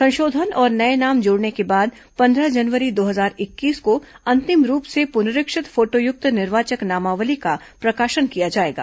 संशोधन और नए नाम जोड़ने के बाद पन्द्रह जनवरी दो हजार इक्कीस को अंतिम रूप से पुनरीक्षित फोटोयुक्त निर्वाचक नामावली का प्रकाशन किया जाएगा